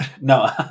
no